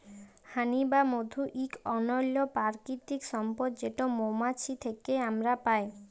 হানি বা মধু ইক অনল্য পারকিতিক সম্পদ যেট মোমাছি থ্যাকে আমরা পায়